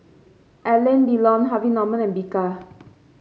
Alain Delon Harvey Norman and Bika